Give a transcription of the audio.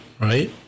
right